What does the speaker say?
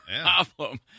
problem